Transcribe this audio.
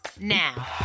now